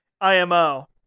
IMO